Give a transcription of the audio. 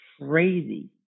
crazy